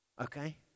Okay